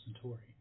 Centauri